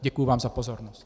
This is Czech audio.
Děkuji vám za pozornost.